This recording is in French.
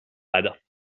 abad